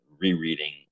rereading